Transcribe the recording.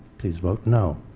please vote no.